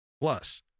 Plus